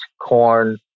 corn